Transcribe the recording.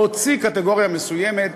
להוציא קטגוריה מסוימת,